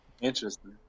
interesting